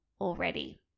already